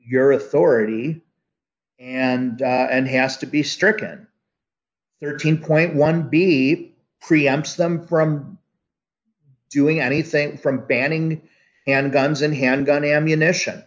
your authority and and has to be stricken thirteen point one b pre amps them from doing anything from banning and guns and handgun ammunition